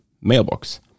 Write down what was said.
mailbox